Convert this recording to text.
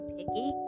Piggy